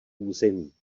území